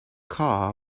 car